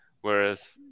whereas